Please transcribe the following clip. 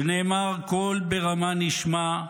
שנאמר: קול ברמה נשמע"